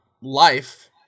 life